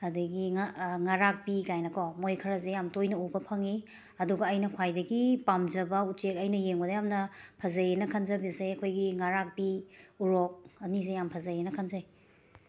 ꯑꯗꯒꯤ ꯉ ꯉꯥꯔꯥꯛꯄꯤ ꯀꯥꯏꯅ ꯀꯣ ꯃꯣꯏ ꯈꯔꯁꯦ ꯌꯥꯝꯅ ꯇꯣꯏꯅ ꯎꯕ ꯐꯪꯏ ꯑꯗꯨꯒ ꯑꯩꯅ ꯈ꯭ꯋꯥꯏꯗꯒꯤ ꯄꯥꯝꯖꯕ ꯎꯆꯦꯛ ꯑꯩꯅ ꯌꯦꯡꯕꯗ ꯌꯥꯝꯅ ꯐꯖꯩꯌꯦꯅ ꯈꯟꯖꯕꯁꯦ ꯑꯩꯈꯣꯏꯒꯤ ꯉꯥꯔꯥꯛꯄꯤ ꯎꯔꯣꯛ ꯑꯅꯤꯁꯦ ꯌꯥꯝ ꯐꯖꯩꯌꯦꯅ ꯈꯟꯖꯩ